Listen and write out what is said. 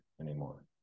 anymore